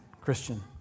Christian